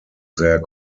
their